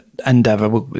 Endeavour